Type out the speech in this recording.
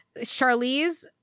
Charlize